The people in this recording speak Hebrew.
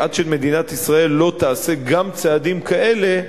עד שמדינת ישראל לא תעשה גם צעדים כאלה,